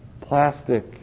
plastic